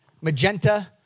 magenta